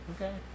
Okay